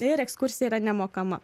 ir ekskursija yra nemokama